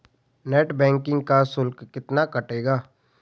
Net banking का शुल्क कितना कटेगा?